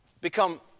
become